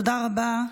תודה רבה.